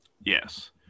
Yes